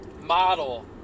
model